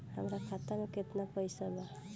हमरा खाता मे केतना पैसा बा?